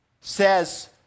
says